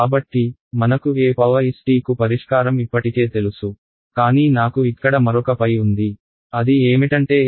కాబట్టి మనకు est కు పరిష్కారం ఇప్పటికే తెలుసు కానీ నాకు ఇక్కడ మరొక π ఉంది అది ఏమిటంటే ejϕ మరియు ej ω t